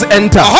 enter